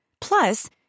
Plus